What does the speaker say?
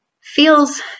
feels